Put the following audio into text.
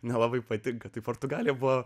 nelabai patinka tai portugalė buvo